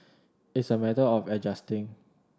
it's a matter of adjusting